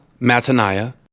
Mataniah